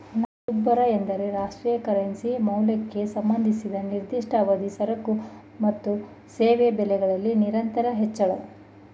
ಹಣದುಬ್ಬರ ಎಂದ್ರೆ ರಾಷ್ಟ್ರೀಯ ಕರೆನ್ಸಿ ಮೌಲ್ಯಕ್ಕೆ ಸಂಬಂಧಿಸಿದ ನಿರ್ದಿಷ್ಟ ಅವಧಿ ಸರಕು ಮತ್ತು ಸೇವೆ ಬೆಲೆಯಲ್ಲಿ ನಿರಂತರ ಹೆಚ್ಚಳ